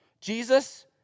Jesus